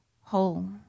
whole